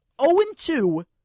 0-2